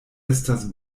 estas